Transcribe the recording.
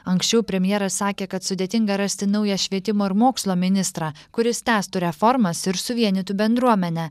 anksčiau premjeras sakė kad sudėtinga rasti naują švietimo ir mokslo ministrą kuris tęstų reformas ir suvienytų bendruomenę